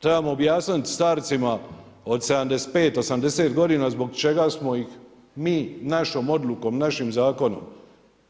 Trebamo objasniti starcima od 75, 80 godina zbog čega smo ih mi, našom odlukom, naši zakonom